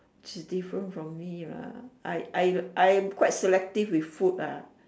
she's different from me lah I I I am quite selective with food ah